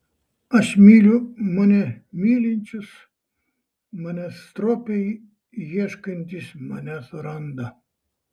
aš myliu mane mylinčius manęs stropiai ieškantys mane suranda